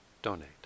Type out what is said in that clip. donate